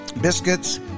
biscuits